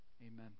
amen